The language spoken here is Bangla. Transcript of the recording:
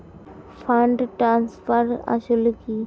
ফান্ড ট্রান্সফার আসলে কী?